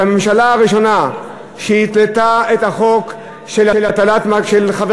הממשלה הראשונה שהתלתה את החוק של חבר